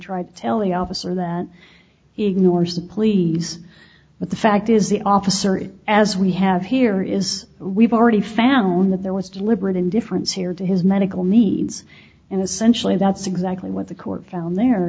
tried to tell the officer that he ignores the police but the fact is the officer as we have here is we've already found that there was deliberate indifference here to his medical needs in essentially that's exactly what the court found there